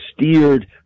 steered